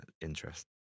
interest